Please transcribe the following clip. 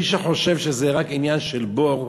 מי שחושב שזה רק עניין של בור,